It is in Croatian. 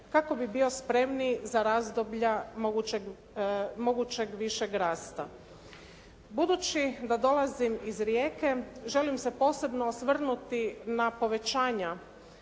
kako bi bio spremniji za razdoblja mogućeg višeg rasta. Budući da dolazim iz Rijeke želim se posebno osvrnuti na povećanja